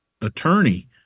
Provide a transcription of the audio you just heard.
attorney